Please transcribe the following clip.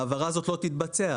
ההעברה הזאת לא תתבצע,